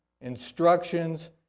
instructions